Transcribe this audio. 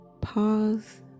pause